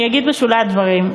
אני אגיד בשולי הדברים,